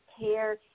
care